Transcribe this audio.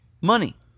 money